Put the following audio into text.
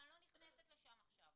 ואני לא נכנסת לשם עכשיו.